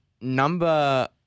number